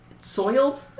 soiled